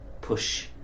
push